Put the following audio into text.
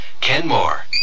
Kenmore